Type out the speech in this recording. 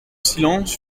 silence